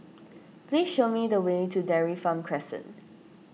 please show me the way to Dairy Farm Crescent